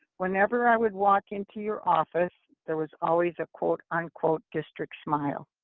whenever i would walk into your office, there was always a quote-unquote district smile.